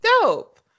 dope